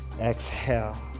exhale